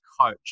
coach